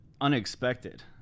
unexpected